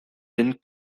den